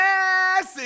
Yes